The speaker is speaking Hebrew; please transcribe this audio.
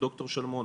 ד"ר שלמון,